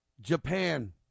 Japan